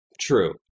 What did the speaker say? True